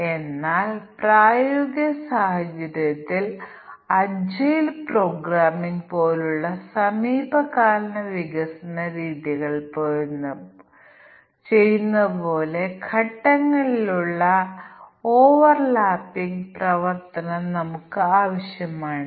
അതിനാൽ ഞങ്ങൾക്ക് 1 2 3 4 5 6 7 8 ആവശ്യമാണ് അതിനാൽ n പാരാമീറ്ററുകൾക്ക് ഓരോന്നും ഒരു ബൂളിയൻ പാരാമീറ്ററാണെങ്കിൽ ഞങ്ങൾക്ക് 2n ടെസ്റ്റ് കേസുകൾ ആവശ്യമാണ്